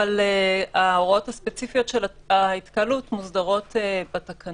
אבל ההוראות הספציפיות של ההתקהלות מוסדרות בתקנות.